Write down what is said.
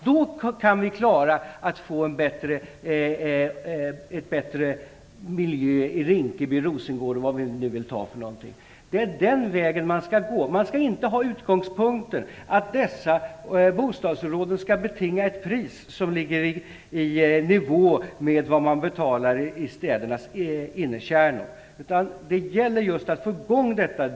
Då kan vi klara av att få en bättre miljö i Rinkeby, Rosengård eller vad vi nu tar för exempel. Det är den vägen man skall gå. Utgångspunkten skall inte vara att dessa bostadsområden skall betinga ett pris som ligger i nivå med priserna i städernas innerkärnor, utan det gäller just att få i gång detta.